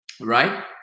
right